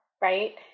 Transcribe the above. right